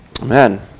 Amen